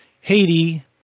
Haiti